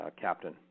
captain